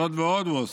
זאת ועוד", הוא הוסיף,